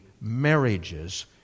marriages